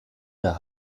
der